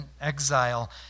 exile